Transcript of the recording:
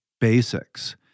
basics